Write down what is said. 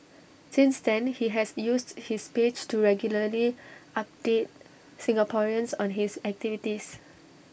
since then he has used his page to regularly update Singaporeans on his activities